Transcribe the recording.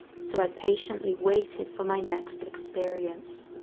so i patiently waited for my next experience.